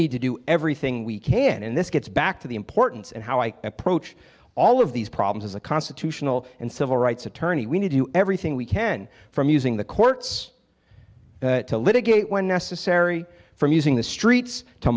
need to do everything we can and this gets back to the importance and how i approach all of these problems as a constitutional and civil rights attorney we need to do everything we can from using the courts to litigate when necessary from using the streets to